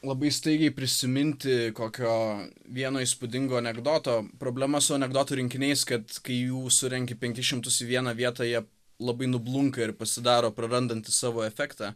labai staigiai prisiminti kokio vieno įspūdingo anekdoto problema su anekdotų rinkiniais kad kai jų surenki penkis šimtus į vieną vietą jie labai nublunka ir pasidaro prarandantys savo efektą